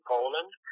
Poland